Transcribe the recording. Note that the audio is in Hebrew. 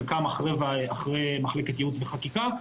חלקם אחרי מחלקת ייעוץ וחקיקה.